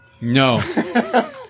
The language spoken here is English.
No